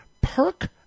Perk